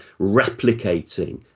replicating